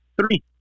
three